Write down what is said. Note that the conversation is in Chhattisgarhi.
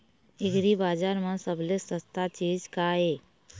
एग्रीबजार म सबले सस्ता चीज का ये?